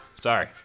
Sorry